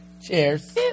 Cheers